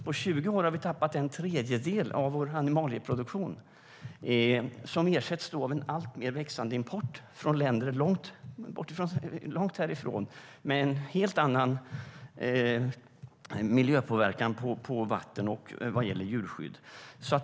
På 20 år har vi tappat en tredjedel av vår animalieproduktion, och den ersätts av en allt mer växande import från länder långt härifrån med en helt annan påverkan på vatten och vad gäller djurskydd.